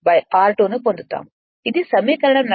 ఇది సమీకరణం 41